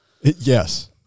Yes